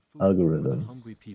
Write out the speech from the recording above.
algorithm